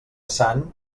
sant